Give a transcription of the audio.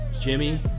Jimmy